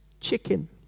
chicken